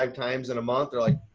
like times in a month. they're like,